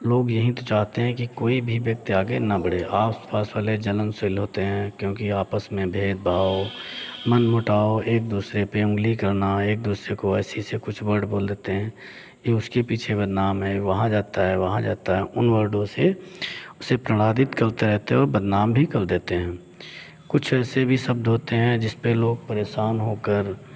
लोग यही तो चाहते हैं कि कोई भी व्यक्ति आगे ना बढ़े आस पास वाले जलनशील होते हैं क्योंकि आपस में भेद भाव मन मुटाव एक दूसरे पे उँगली करना एक दूसरे को ऐसे ऐसे कुछ वर्ड बोल देते हैं जो उसके पीछे बदनाम है वहाँ जाता है वहाँ जाता है उन वर्डों से उसे प्रताड़ित करते रहते और बदनाम भी कर देते हैं कुछ ऐसे भी शब्द होते हैं जिसपे लोग परेशान होकर